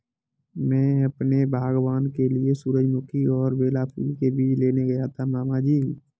मैं अपने बागबान के लिए सूरजमुखी और बेला फूल के बीज लेने गया था मामा जी